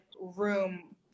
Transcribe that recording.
room